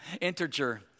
Integer